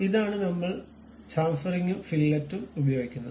ഇതാണ് നമ്മൾ ചാംഫെറിംഗും ഫില്ലറ്റും ഉപയോഗിക്കുന്നത്